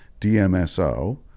DMSO